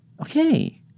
Okay